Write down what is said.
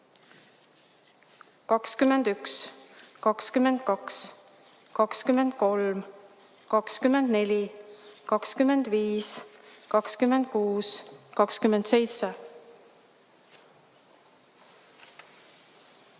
21, 22, 23, 24, 25, 26,